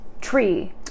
tree